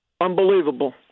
Unbelievable